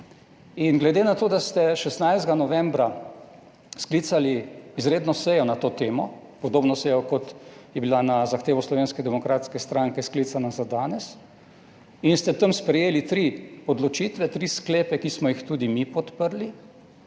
In glede na to, da ste 16. novembra sklicali izredno sejo na to temo, podobno sejo kot je bila na zahtevo Slovenske demokratske stranke sklicana za danes in ste tam sprejeli tri odločitve, tri sklepe, ki smo jih tudi mi podprli,